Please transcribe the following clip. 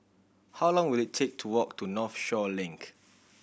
how long will it take to walk to Northshore Link